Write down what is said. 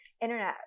internet